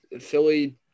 Philly